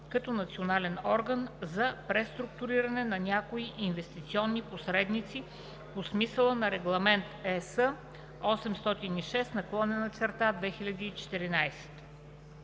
като национален орган за преструктуриране на някои инвестиционни посредници по смисъла на Регламент (ЕС) № 806/2014.